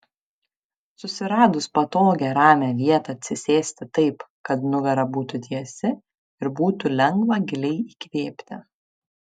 susiradus patogią ramią vietą atsisėsti taip kad nugara būtų tiesi ir būtų lengva giliai įkvėpti